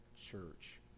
church